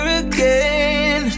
again